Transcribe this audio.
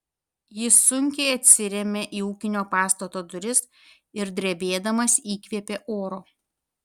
jis sunkiai atsirėmė į ūkinio pastato duris ir drebėdamas įkvėpė oro